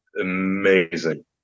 amazing